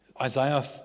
Isaiah